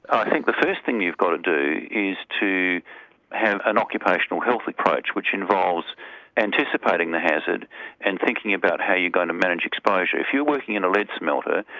i think the first thing you've got to do is to have an occupational health approach which involves anticipating the hazard and thinking about how you are going to manage exposure. if you are working in a lead smelter,